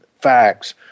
facts